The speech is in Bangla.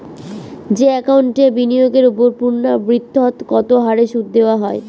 যে একাউন্টে বিনিয়োগের ওপর পূর্ণ্যাবৃত্তৎকত হারে সুদ দেওয়া হয়